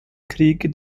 krieg